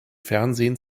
fernsehen